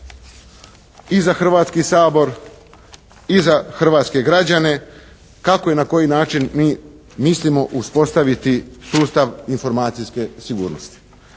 i za Hrvatski sabor i za hrvatske građane kako i na koji način mi mislimo uspostaviti sustav informacijske sigurnosti.